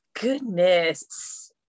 Goodness